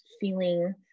feeling